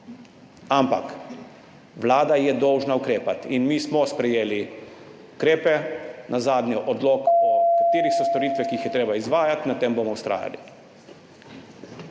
ampak Vlada je dolžna ukrepati in mi smo sprejeli ukrepe, nazadnje odlok o tem, katere so storitve, ki jih je treba izvajati. Pri tem bomo vztrajali.